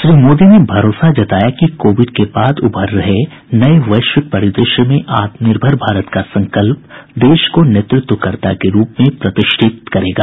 श्री मोदी ने भरोसा जताया कि कोविड के बाद उभर रहे नये वैश्विक परिदृश्य में आत्मनिर्भर भारत का संकल्प देश को नेतृत्वकर्त्ता के रूप में प्रतिष्ठित करेगा